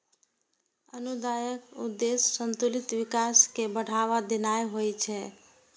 अनुदानक उद्देश्य संतुलित विकास कें बढ़ावा देनाय होइ छै